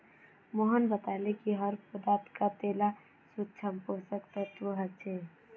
मोहन बताले कि हर पौधात कतेला सूक्ष्म पोषक तत्व ह छे